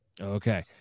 Okay